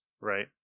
right